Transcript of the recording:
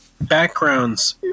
backgrounds